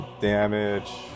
damage